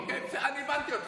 אוקיי, בסדר, אני הבנתי אותך.